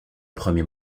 premier